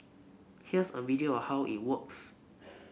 here's a video of how it works